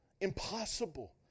impossible